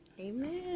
Amen